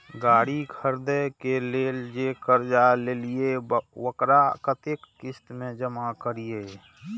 गाड़ी खरदे के लेल जे कर्जा लेलिए वकरा कतेक किस्त में जमा करिए?